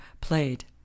played